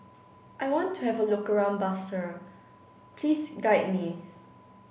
I want to have a look around Basseterre please guide me